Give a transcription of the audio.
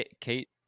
Kate